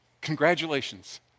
Congratulations